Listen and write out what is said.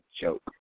joke